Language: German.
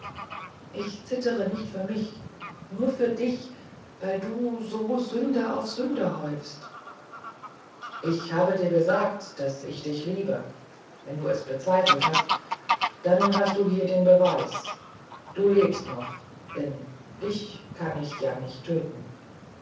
ich zittere nicht für mich nur für dich weil du so sünde auf sünde häufst ich habe dir gesagt daß ich dich liebe wenn du dies bezweifelt hast dann hast du hier den beweis du lebst noch denn dich kann ich ja nicht töten